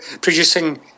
producing